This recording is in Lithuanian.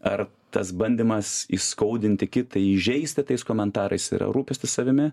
ar tas bandymas įskaudinti kitą įžeisti tais komentarais yra rūpestis savimi